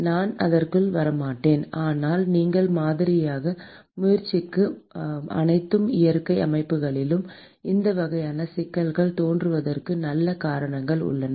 நான் அதற்குள் வரமாட்டேன் ஆனால் நீங்கள் மாதிரியாக முயற்சிக்கும் அனைத்து இயற்கை அமைப்புகளிலும் இந்த வகையான சிக்கல்கள் தோன்றுவதற்கு நல்ல காரணங்கள் உள்ளன